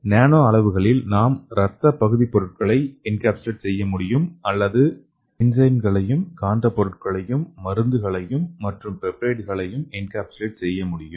nano அளவுகளில்நாம் ரத்த பகுதி பொருட்களை செய்ய முடியும் அல்லது என்சைம்களையும் காந்த பொருட்களையும் மருந்துகளையும் மற்றும் பெப்டைட் களையும் என்கேப்சுலேட் செய்ய முடியும்